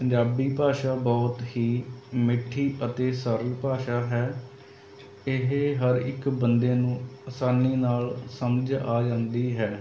ਪੰਜਾਬੀ ਭਾਸ਼ਾ ਬਹੁਤ ਹੀ ਮਿੱਠੀ ਅਤੇ ਸਰਲ ਭਾਸ਼ਾ ਹੈ ਇਹ ਹਰ ਇੱਕ ਬੰਦੇ ਨੂੰ ਅਸਾਨੀ ਨਾਲ਼ ਸਮਝ ਆ ਜਾਂਦੀ ਹੈ